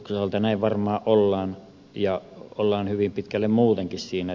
näin varmaan ollaan ja ollaan hyvin pitkällä muutenkin siinä